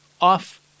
off